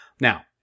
Now